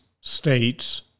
states